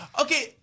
Okay